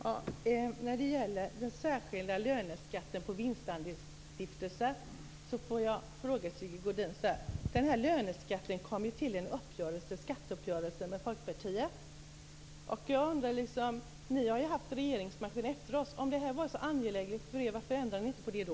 Herr talman! När det gäller den särskilda löneskatten på vinstandelsstiftelser vill jag ställa en fråga till Sigge Godin. Löneskatten kom ju till i en skatteuppgörelse med Folkpartiet. Ni har ju haft regeringsmakten efter oss. Om detta är så angeläget för er - varför ändrade ni inte på det då?